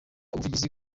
ubuvugizi